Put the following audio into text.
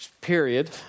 period